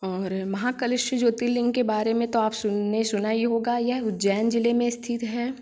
और महाकालेश्वर मंदिर के बारे में तो आपने सुना ही होगा यह उज्जैन जिले में स्थित है